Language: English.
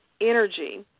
energy